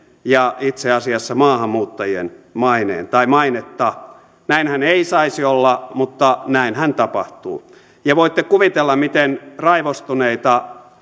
ja itse asiassa maahanmuuttajien mainetta näinhän ei saisi olla mutta näinhän tapahtuu voitte kuvitella miten raivostuneita